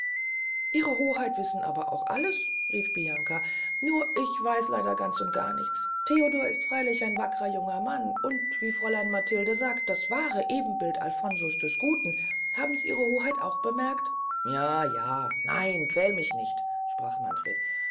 ihre hoheit wissen auch alles rief bianca nur ich weiß leider ganz und gar nichts theodor ist freylich ein wackrer junger mann und wie fräulein matilde sagt das wahre ebenbild alfonso des guten haben's ihre hoheit auch bemerkt ja ja nein quäle mich nicht sprach manfred